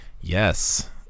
Yes